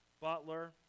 butler